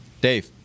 Dave